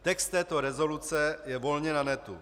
Text této rezoluce je volně na netu.